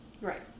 right